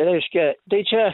reiškia tai čia